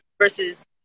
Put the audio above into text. versus